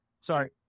sorry